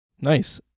Nice